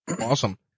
Awesome